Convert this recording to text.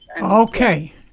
Okay